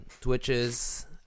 Twitches